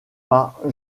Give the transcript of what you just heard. par